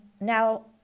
Now